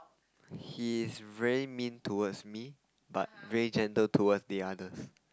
he's very mean towards me but very gentle towards the others